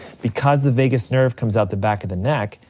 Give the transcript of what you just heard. because the vagus nerve comes out the back of the neck,